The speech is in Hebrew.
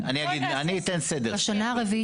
בהגינות רבה,